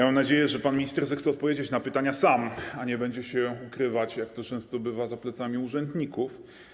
Mam nadzieję, że pan minister sam zechce odpowiedzieć na pytania, a nie będzie się ukrywać, jak to często bywa, za plecami urzędników.